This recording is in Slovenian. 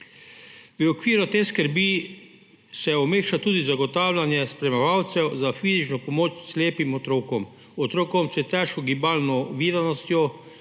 V okviru te skrbi se umešča tudi zagotavljanje spremljevalcev za fizično pomoč slepim otrokom, otrokom s težko gibalno oviranostjo,